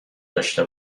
داشته